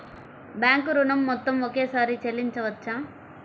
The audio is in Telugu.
బ్యాంకు ఋణం మొత్తము ఒకేసారి చెల్లించవచ్చా?